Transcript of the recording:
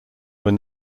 were